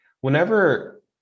Whenever